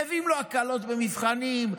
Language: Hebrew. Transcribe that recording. נותנים לו הקלות במבחנים,